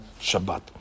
Shabbat